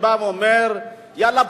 שאתה בא ואומר: יאללה,